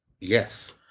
Yes